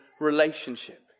relationship